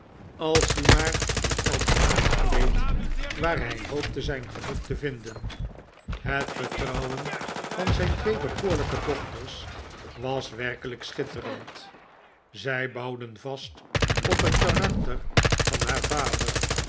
als die maar dien kant uitgleed waar hij hoopte zijn geluk te vinden het vertrouwen van zijn twee bekoorlijke dochters was werkelijk schitterend zij bouwden vast op het karakter van haar vader